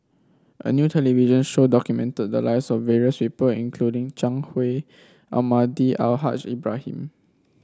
a new television show documented the lives of various people including Zhang Hui Almahdi Al Haj Ibrahim